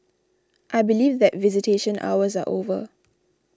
I believe that visitation hours are over